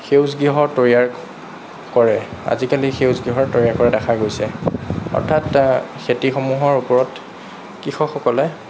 সেউজগৃহ তৈয়াৰ কৰে আজিকালি সেউজগৃহ তৈয়াৰ কৰা দেখা গৈছে অৰ্থাৎ খেতিসমূহৰ ওপৰত কৃষকসকলে